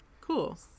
cool